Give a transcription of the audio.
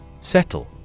Settle